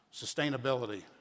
sustainability